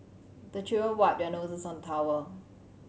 the children wipe their noses on towel